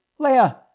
Leia